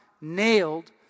nailed